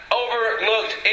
overlooked